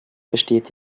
besteht